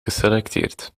geselecteerd